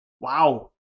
Wow